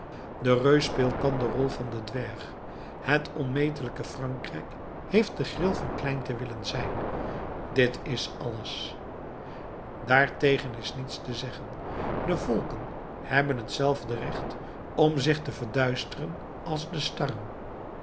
de reus speelt dan de rol van den dwerg het onmetelijke frankrijk heeft de gril van klein te willen zijn dit is alles daartegen is niets te zeggen de volken hebben hetzelfde recht om zich te verduisteren als de